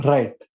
Right